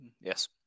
yes